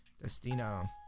Destino